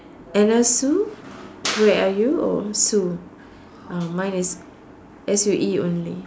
Anna Sue where are you or Sue uh mine is S U E only